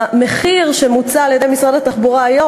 המחיר שמוצע על-ידי משרד התחבורה היום